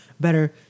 better